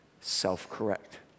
Self-correct